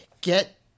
get